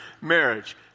Marriage